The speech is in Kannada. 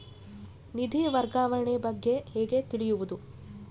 ನಿಧಿ ವರ್ಗಾವಣೆ ಬಗ್ಗೆ ಹೇಗೆ ತಿಳಿಯುವುದು?